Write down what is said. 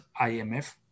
IMF